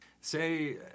Say